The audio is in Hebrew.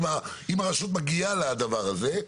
אם הרשות מגיעה לדבר הזה.